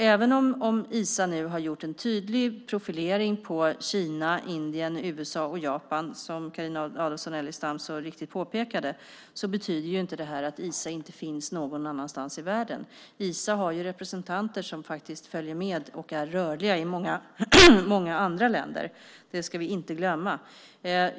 Även om Isa nu har gjort en tydlig profilering på Kina, Indien, USA och Japan, som Carina Adolfsson Elgestam så riktigt påpekade, betyder inte det att Isa inte finns någon annanstans i världen. Isa har representanter som följer med och är rörliga i många andra länder. Det ska vi inte glömma.